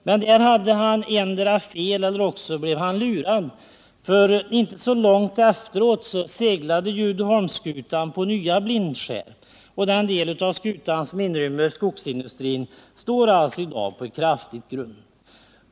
Men där hade han endera fel eller också blev han lurad, för inte så långt efteråt seglade Uddeholmsskutan på nya blindskär, och den del av skutan som inrymmer skogsindustrin står alltså i dag på ett kraftigt grund.